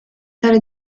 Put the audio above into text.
tale